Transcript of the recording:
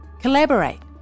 Collaborate